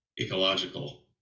ecological